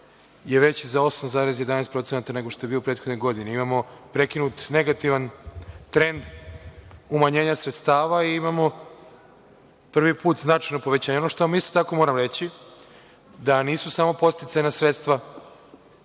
je veći za 8,11%, nego što je bio u prethodnoj godini. Imamo prekinut negativan trend umanjenja sredstava i imamo prvi put značajno povećanje. Ono što vam isto tako moram reći da nisu samo podsticajna sredstva